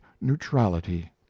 neutrality